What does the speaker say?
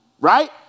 Right